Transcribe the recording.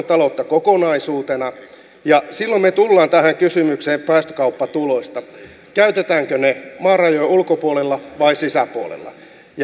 taloutta kokonaisuutena ja silloin me tulemme tähän kysymykseen päästökauppatuloista käytetäänkö ne maan rajojen ulkopuolella vai sisäpuolella